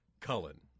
Cullen